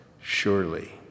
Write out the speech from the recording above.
surely